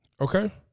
Okay